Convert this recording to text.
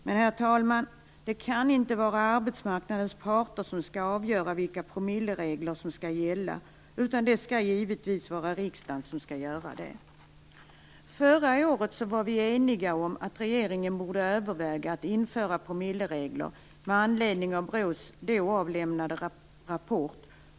Men, herr talman, det kan inte vara arbetsmarknadens parter som skall avgöra vilka promilleregler som skall gälla. Det skall givetvis vara riksdagen som skall göra det. Förra året var vi eniga om att regeringen borde överväga att införa promilleregler med anledning av BRÅ:s då avlämnade rapport.